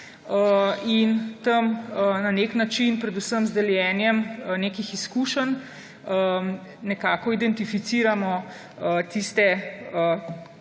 In tam na nek način, predvsem z deljenjem nekih izkušenj, nekako identificiramo tiste